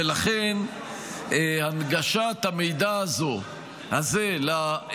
ולכן הנגשת המידע הזה לציבור,